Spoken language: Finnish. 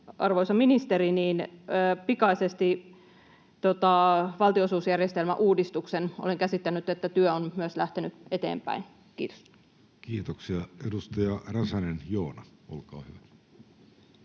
arvoisa ministeri, pikaisesti valtionosuusjärjestelmän uudistuksen. Olen käsittänyt, että työ on myös lähtenyt eteenpäin. — Kiitos. Kiitoksia. — Edustaja Joona Räsänen, olkaa hyvä.